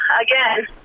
again